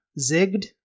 zigged